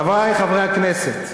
חברי חברי הכנסת,